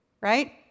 Right